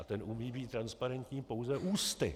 A ten umí být transparentní pouze ústy.